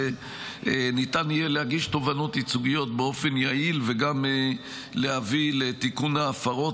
שניתן יהיה להגיש תובענות ייצוגיות באופן יעיל וגם להביא לתיקון ההפרות